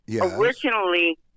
originally